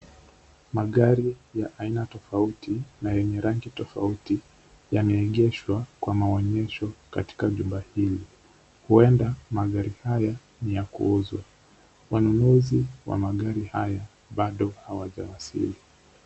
Magari ya aina tofauti na yenye rangi tofauti yameegeshwa kwa maonyesho katika jumba hili, huenda magari haya ni ya kuuzwa wanunuzi wa magari haya bado hawajawasili.